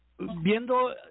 viendo